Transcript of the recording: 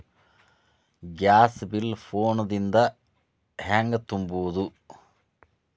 Gas bill phone ದಿಂದ ಹ್ಯಾಂಗ ತುಂಬುವುದು?